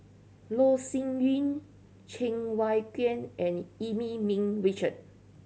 Loh Sin Yun Cheng Wai Keung and Eu Yee Ming Richard